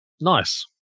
Nice